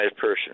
person